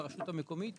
לרשות המקומית,